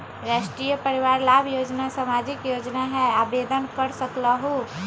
राष्ट्रीय परिवार लाभ योजना सामाजिक योजना है आवेदन कर सकलहु?